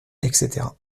etc